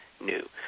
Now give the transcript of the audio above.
new